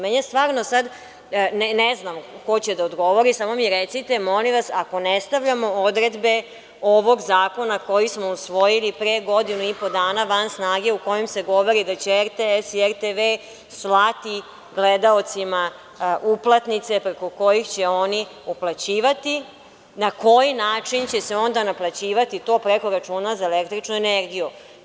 Mene stvarno, ne znam ko će da odgovori, samo mi recite, molim vas, ako ne stavljamo odredbe ovog zakona koji smo usvojili pre godinu i po dana van snage u kojim se govori da će RTS i RTV slati gledaocima uplatnice preko kojih će oni uplaćivti, na koji način će se onda naplaćivati to preko računa za električnu energiju.